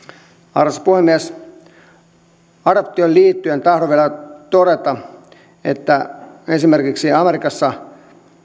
arvoisa puhemies adoptioon liittyen tahdon vielä todeta että esimerkiksi amerikassa